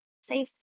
safe